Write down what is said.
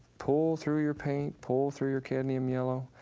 pull through your paint, pull through your cadmium yellow.